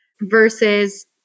versus